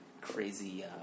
crazy